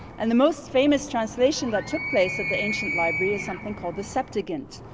and the most famous translation that took place at the ancient library is something called the septuagint.